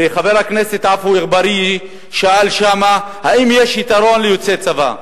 וחבר הכנסת עפו אגבאריה שאל שם אם יש יתרון ליוצאי צבא.